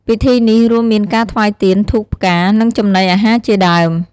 ពិធីនេះរួមមានការថ្វាយទៀន ធូប ផ្កា និងចំណីអាហារជាដើម។